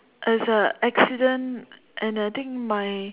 it's a accident and I think my